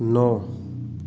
नौ